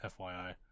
FYI